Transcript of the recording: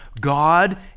God